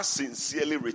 sincerely